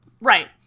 right